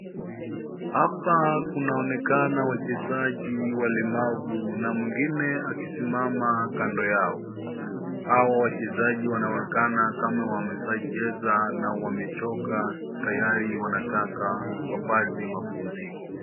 Hapa kunaonekana wachezaji walemavu na mwingine akisimama kando yao. Hao wachezaji wanaonekana kama wameshacheza na wamechoka tayari wanataka wapate mapumziko.